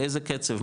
באיזה קצב,